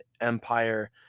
empire